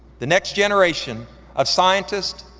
the next generation of scientists,